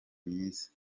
myiza